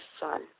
son